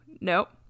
Nope